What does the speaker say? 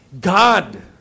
God